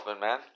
man